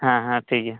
ᱦᱮᱸ ᱦᱮᱸ ᱴᱷᱤᱠ ᱜᱮᱭᱟ